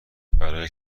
برای